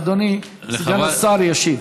אדוני סגן השר ישיב.